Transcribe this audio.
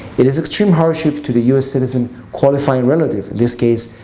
it is extreme hardship to the u s. citizen qualifying relative this case,